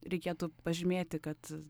reikėtų pažymėti kad